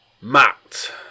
Matt